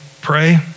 pray